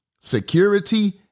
security